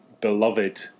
beloved